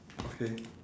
okay